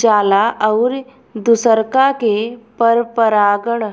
जाला अउरी दुसरका के परपरागण